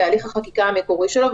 בהליך החקיקה המקורי שלו.